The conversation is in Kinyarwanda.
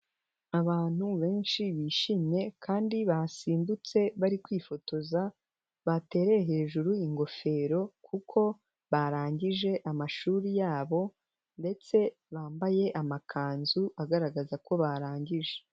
Abantu benshi bishimye kandi basimbutse bari kwifotoza, batereye hejuru ingofero kuko barangije amashuri yabo ndetse bambaye amakanzu agaragaza ko barangije.